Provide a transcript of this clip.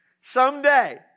Someday